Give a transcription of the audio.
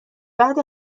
بعد